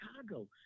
Chicago